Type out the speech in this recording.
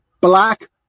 black